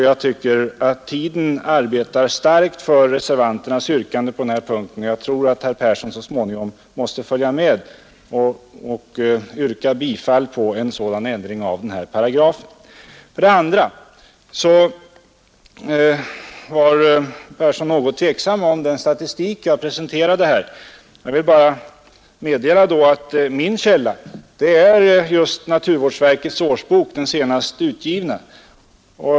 Jag tycker att tiden arbetar starkt för reservanternas yrkande på denna punkt, och jag tror att herr Persson så småningom blir tvungen att följa med i denna utveckling och yrka bifall till den av oss önskade ändringen av nämnda paragraf. Vidare var herr Persson något tveksam om den statistik jag presenterat här. Jag vill bara meddela att min källa är naturvårdsverkets senast utgivna årsbok.